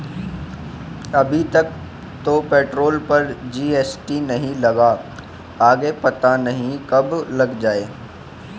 अभी तक तो पेट्रोल पर जी.एस.टी नहीं लगा, आगे पता नहीं कब लग जाएं